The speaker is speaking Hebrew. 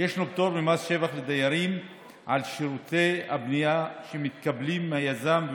יש פטור ממס שבח לדיירים על שירותי הבנייה שמתקבלים מהיזם,